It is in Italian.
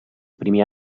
primi